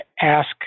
ask